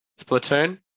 Splatoon